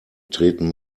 treten